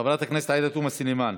חברת הכנסת עאידה תומא סלימאן.